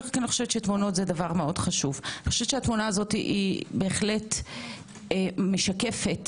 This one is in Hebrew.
התמונה הזאת בהחלט משקפת